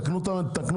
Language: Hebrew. תקנו את ההסכמים.